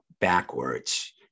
backwards